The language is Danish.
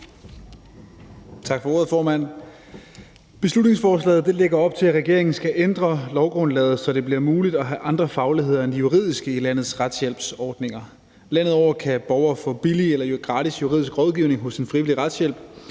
Beslutningsforslaget lægger op til, at regeringen skal ændre lovgrundlaget, så det bliver muligt at have andre fagligheder end de juridiske i landets retshjælpsordninger. Landet over kan borgere få billig eller gratis juridisk rådgivning via frivillig retshjælp.